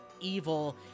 evil